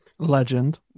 Legend